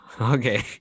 okay